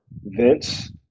Vince